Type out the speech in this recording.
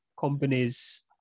companies